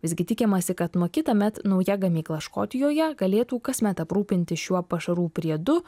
visgi tikimasi kad nuo kitąmet nauja gamykla škotijoje galėtų kasmet aprūpinti šiuo pašarų priedu